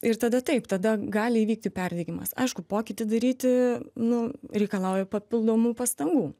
ir tada taip tada gali įvykti perdegimas aišku pokytį daryti nu reikalauja papildomų pastangų